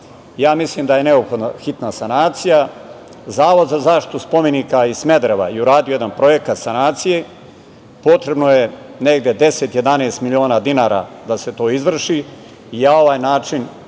Mislim da je neophodna hitna sanacija. Zavod za zaštitu spomenika iz Smedereva je uradio jedan projekat sanacije. Potrebno je negde 10, 11 miliona dinara da se to izvrši i na ovaj način